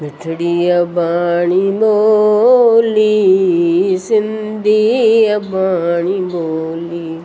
मिठिड़ी अबाणी ॿोली सिंधी अबाणी ॿोली